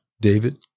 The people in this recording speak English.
David